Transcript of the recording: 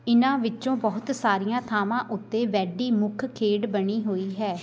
ਇਹਨਾਂ ਵਿੱਚੋਂ ਬਹੁਤ ਸਾਰੀਆਂ ਥਾਵਾਂ ਉੱਤੇ ਬੈਡੀ ਮੁੱਖ ਖੇਡ ਬਣੀ ਹੋਈ ਹੈ